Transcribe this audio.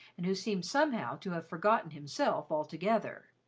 and who seemed somehow to have forgotten himself altogether.